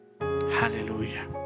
Hallelujah